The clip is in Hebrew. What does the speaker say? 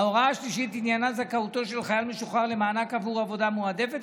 ההוראה השלישית עניינה זכאותו של חייל משוחרר למענק עבור עבודה מועדפת,